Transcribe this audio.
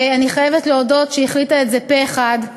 ואני חייבת להודות שהיא החליטה את זה פה-אחד,